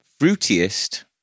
fruitiest